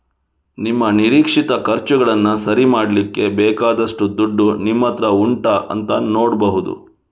ನಿಮ್ಮ ನಿರೀಕ್ಷಿತ ಖರ್ಚುಗಳನ್ನ ಸರಿ ಮಾಡ್ಲಿಕ್ಕೆ ಬೇಕಾದಷ್ಟು ದುಡ್ಡು ನಿಮ್ಮತ್ರ ಉಂಟಾ ಅಂತ ನೋಡ್ಬಹುದು